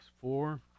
four